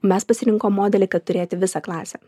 mes pasirinkom modelį kad turėti visą klasę